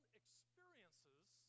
experiences